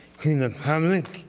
i mean the public